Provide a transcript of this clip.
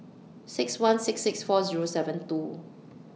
six one six six four Zero seven two